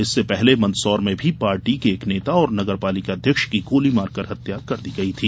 इससे पहले मंदसौर में भी पार्टी के एक नेता और नगरपालिका अध्यक्ष की गोली मारकर हत्या कर दी गई थी